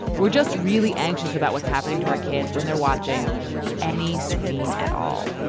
we're just really anxious about what's happening to our kids when they're watching any screen at all.